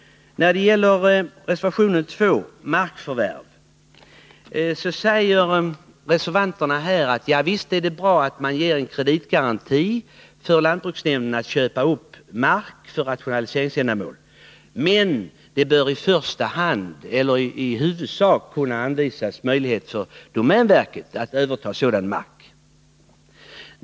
När det gäller reservation 2 om markförvärv säger reservanterna att det är bra att lantbruksnämnden får en kreditgaranti vid uppköp av mark för rationaliseringsändamål. I första hand bör domänverket anvisas möjligheter att överta sådan mark.